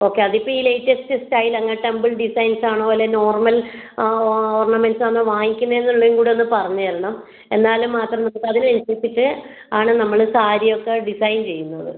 okay അതിപ്പോൾ ഈ latest style ആണ് ടെമ്പിൾ ഡിസൈൻസ് ആണോ അല്ലെ നോർമൽ ഓർണമെൻ്റ്സ് ആണോ വാങ്ങിക്കുന്നതെന്ന് ഉള്ളതുംകൂടി ഒന്ന് പറഞ്ഞുതരണം എന്നാൽ മാത്രം നമ്മൾക്ക് അതിന് അനുസരിച്ചിട്ട് ആണ് നമ്മൾ സാരി ഒക്കെ ഡിസൈൻ ചെയ്യുന്നത്